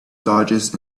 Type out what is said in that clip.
dodges